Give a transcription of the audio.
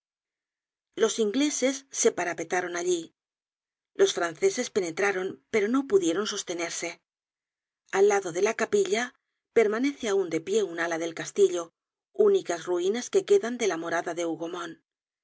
los ingleses se parapetaron allí los franceses penetraron pero no pudieron sostenerse al lado de la capilla permanece aun de pie un ala del castillo únicas ruinas que quedan de la morada de